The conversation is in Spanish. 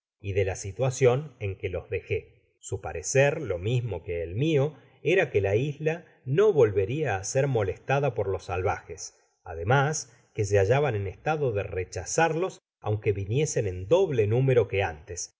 y de la situacion en que los dejé su parecer lo mismo que el mio era que la isla no vol veria á ser molestada por los salvajes ademas que se hallaban en estado de rechazarlos aunque viniesen en doble número que antes